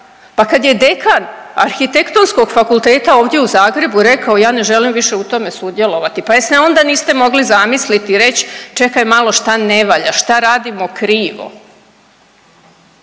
pa kad je dekan Arhitektonskog fakulteta ovdje u Zagrebu rekao ja ne želim više u tome sudjelovati, pa jel se onda niste mogli zamislit i reć čekaj malo šta ne valja, šta radimo krivo.